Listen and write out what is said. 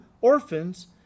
orphans